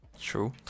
true